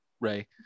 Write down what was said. Ray